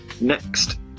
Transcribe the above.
Next